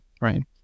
right